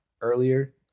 earlier